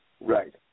Right